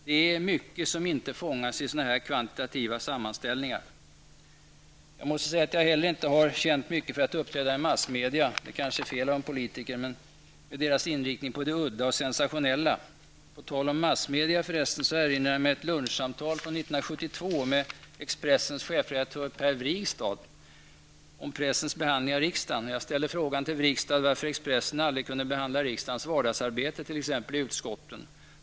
Det är mycket som inte fångas i sådana kvantitativa sammanställningar. Jag har inte heller känt mycket för att uppträda i massmedia -- det är kanske fel av en politiker -- med deras inriktning på det udda och sensationella. På tal om massmedia erinrar jag mig ett lunchsamtal från 1972 med Expressens chefredaktör Per Wrigstad om pressens behandling av riksdagen. Jag ställde frågan till Wrigstad varför Expressen aldrig kunde behandla riksdagens vardagsarbete, t.ex. i utskotten.